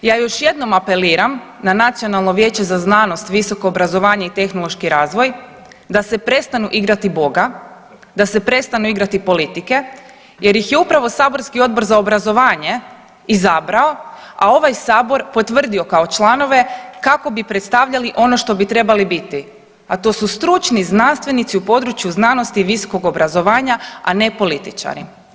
Ja još jednom apeliram na Nacionalno vijeće za znanost, visoko obrazovanje i tehnološki razvoj da se prestanu igrati Boga, da se prestanu igrati politike jer ih je upravo saborski Odbor za obrazovanje izabrao, a ovaj sabor potvrdio kao članove kako bi predstavljali ono što bi trebali biti, a to su stručni znanstvenici u području znanosti i visokog obrazovanja, a ne političari.